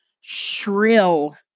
shrill